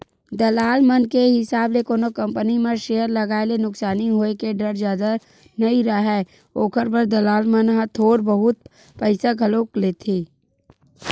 दलाल मन के हिसाब ले कोनो कंपनी म सेयर लगाए ले नुकसानी होय के डर जादा नइ राहय, ओखर बर दलाल मन ह थोर बहुत पइसा घलो लेथें